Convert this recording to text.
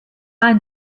ein